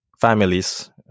families